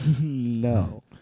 no